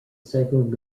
second